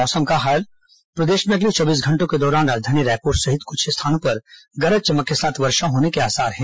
मौसम प्रदेश में अगले चौबीस घंटों के दौरान राजधानी रायपुर सहित कुछ स्थानों पर गरज चमक के साथ वर्षा होने के आसार हैं